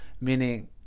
meaning